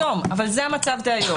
אבל זה המצב דהיום.